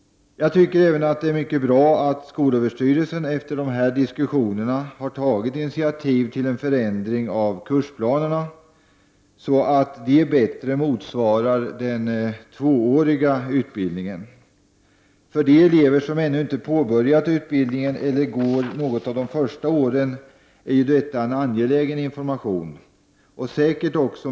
Jag tycker även att det är mycket bra att SÖ efter de här diskussionerna har tagit initiativ till en förändring av kursplanerna så att de bättre motsvarar den tvååriga utbildningen. För de elever som ännu inte påbörjat utbildningen eller går något av de första åren är ju detta en angelägen information.